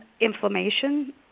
Inflammation